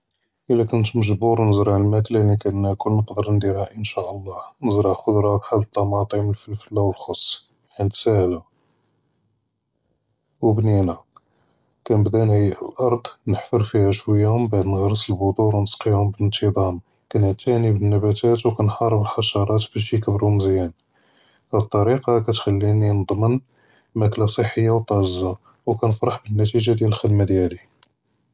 אלא כנת מג׳בור נזרע אלמאכלא לי כנאכל נقدر נדירה אינשאללה נזרע ח׳דרה בחאל אלטמאטם אלפלפלא ואלכס חית סאהלא, ובנינא, כנבדא נעיי לארד נחפר פיהא שוויא מבעד נגרס אלבד׳ור ונסקיהם באנתג׳אם כנעתני בננבתאת וכנחארב אלחשראת באש יכברו מזיאן, האד אלטאריקה כתכליני נדמן מאכלא סחיה וטאז׳ג׳ה וכנפרח בלנתיג׳ה דיאל אלח׳דמא דיאלי.